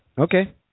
Okay